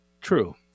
true